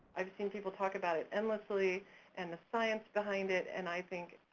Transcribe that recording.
i've seen people talk about it endlessly and the science behind it and i think,